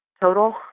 total